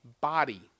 body